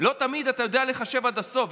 אתה יודע לחשב עד הסוף.